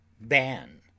Ban